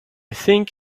think